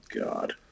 God